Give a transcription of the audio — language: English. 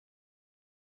okay